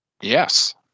yes